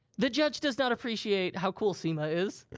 the judge does not appreciate how cool sema is.